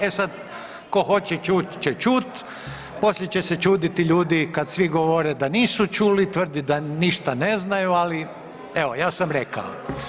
E sad, tko hoće čuti će čut', poslije će se čuditi ljudi kad svi govore da nisu čuli, tvrditi da ništa ne znaju, ali evo, ja sam rekao.